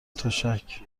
تشک